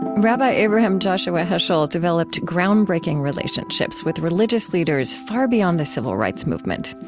rabbi abraham joshua heschel developed groundbreaking relationships with religious leaders far beyond the civil rights movement.